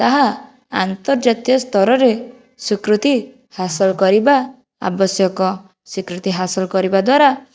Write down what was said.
ତାହା ଆନ୍ତର୍ଜାତୀୟ ସ୍ତରରେ ସ୍ୱୀକୃତି ହାସଲ କରିବା ଆବଶ୍ୟକ ସ୍ୱୀକୃତି ହାସଲ କରିବା ଦ୍ଵାରା